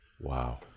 Wow